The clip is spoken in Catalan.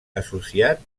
associat